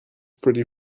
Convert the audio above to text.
pretty